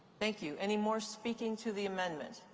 thank you. any more speaking to the amendment?